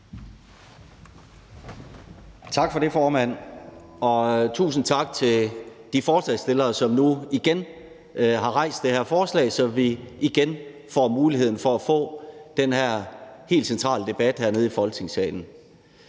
Tak for det, formand, og tusind tak til de forslagsstillere, som nu igen har rejst det her forslag, så vi igen får mulighed for at få den her helt centrale debat hernede i Folketingssalen.